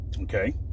okay